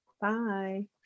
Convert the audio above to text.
Bye